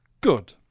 Good